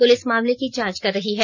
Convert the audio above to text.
police मामले की जांच कर रही है